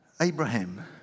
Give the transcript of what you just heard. Abraham